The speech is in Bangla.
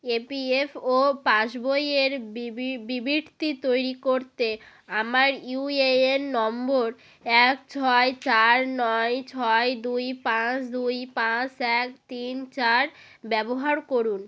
ইপিএফও পাসবইয়ের বিবৃতি তৈরি করতে আমার ইউএএন নম্বর এক ছয় চার নয় ছয় দুই পাঁচ দুই পাঁচ এক তিন চার ব্যবহার করুন